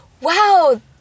wow